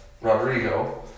Rodrigo